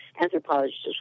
anthropologists